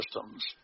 systems